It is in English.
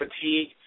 fatigue